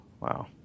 Wow